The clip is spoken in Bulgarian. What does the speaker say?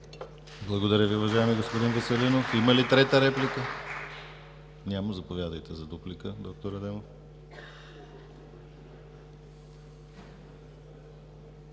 Благодаря Ви, уважаеми господин Веселинов. Има ли трета реплика? Няма. Заповядайте за дуплика, д-р Адемов.